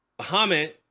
Bahamut